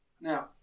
now